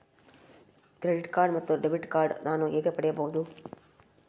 Credit card ಮತ್ತು debit card ನಾನು ಹೇಗೆ ಪಡೆಯಬಹುದು?